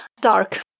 dark